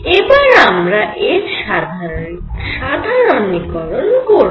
এবার আমরা এর সাধারণীকরণ করব